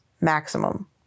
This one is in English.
maximum